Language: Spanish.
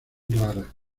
rara